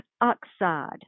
oxide